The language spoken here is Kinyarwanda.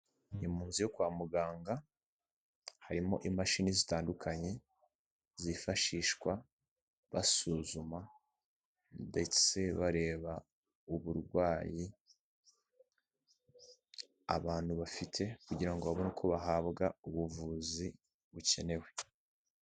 Mu nzu yo kwa muganga harimo imashini zitandukanye zifashishwa basuzuma, ndetse bareba uburwayi abantu bafite kugira babone uko bahabwa ubuvuzi bukenewe.